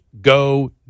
go